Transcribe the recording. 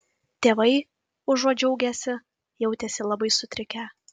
tėvai užuot džiaugęsi jautėsi labai sutrikę